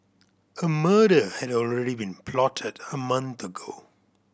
a murder had already been plotted a month ago